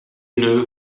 know